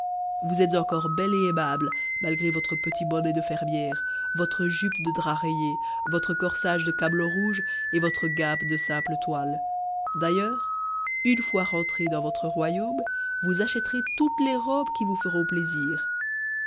vous êtes encore belle et aimable malgré votre petit bonnet de fermière votre jupe de drap rayé votre corsage de camelot rouge et votre guimpe de simple toile d'ailleurs une fois rentrée dans votre royaume vous achèterez toutes les robes qui vous feront plaisir